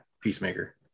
Peacemaker